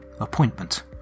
appointment